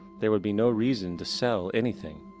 there would be no reason to sell anything.